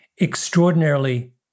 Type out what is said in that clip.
extraordinarily